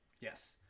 Yes